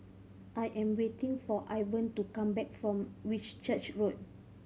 I am waiting for Ivan to come back from Whitchurch Road